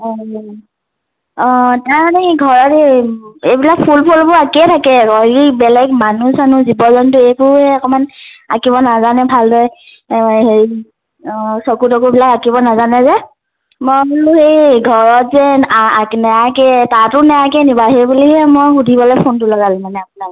অঁ অঁ তাৰমানে এই ঘৰত সেই এইবিলাক ফুল চুলবোৰ আঁকিয়েই থাকে এই বেলেগ মানুহ চানুহ জীৱ জন্তু এইবোৰহে অকণমান আঁকিব নাজানে ভালদৰে হেৰি চকু তকুবিলাক আঁকিব নাজানে যে মই বোলো হেৰি ঘৰত যে নেআঁকে তাতো নেআঁকে নেকি বাৰু সেইবুলিহে মই সুধিবলৈ ফোনটো লগালোঁ মানে আপোনালৈ